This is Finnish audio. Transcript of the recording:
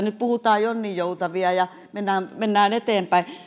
nyt puhutaan jonninjoutavia mennään mennään eteenpäin